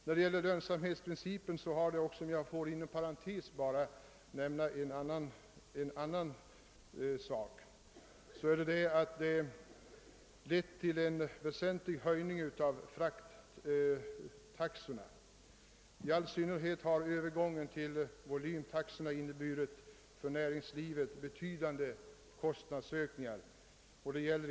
När det gäller lönsamhetsprincipen har det också om jag inom parentes får nämna en annan sak — lett till en väsentlig höjning av frakttaxorna. I all synnerhet har övergången till volymtaxor inneburit betydande kostnadsökningar för näringslivet.